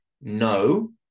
no